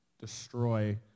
destroy